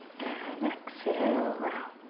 and exhale out.